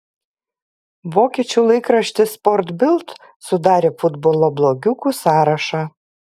vokiečių laikraštis sport bild sudarė futbolo blogiukų sąrašą